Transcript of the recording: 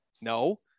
No